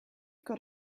got